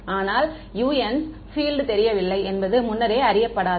அதனால் un 's field தெரியவில்லை என்பது முன்னரே அறியப்படாதவை